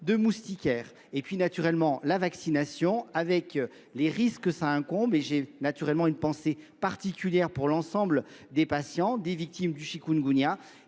de moustiquaires et puis naturellement la vaccination avec les risques que ça incombe et j'ai naturellement une pensée particulière pour l'ensemble des patients, des victimes du chikungunya